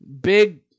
big